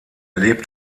lebt